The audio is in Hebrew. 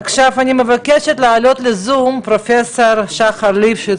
עכשיו אני מבקשת להעלות בזום את פרופ' שחר ליפשיץ,